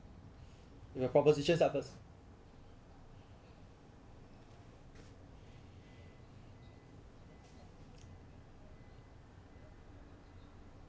proposition start first